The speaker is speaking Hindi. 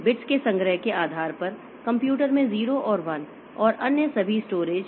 बिट्स के संग्रह के आधार पर कंप्यूटर में 0 और 1 और अन्य सभी स्टोरेज